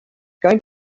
going